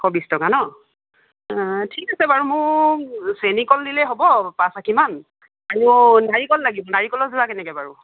এশ বিশ টকা ন ঠিক আছে বাৰু মোক চেনী কল দিলে হ'ব পাঁচ আষি মান আৰু নাৰিকল লাগিছিল নাৰিকলৰ যোৰা কেনেকৈ বাৰু